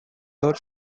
door